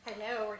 Hello